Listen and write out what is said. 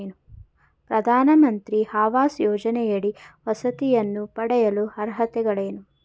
ಪ್ರಧಾನಮಂತ್ರಿ ಆವಾಸ್ ಯೋಜನೆಯಡಿ ವಸತಿಯನ್ನು ಪಡೆಯಲು ಅರ್ಹತೆಗಳೇನು?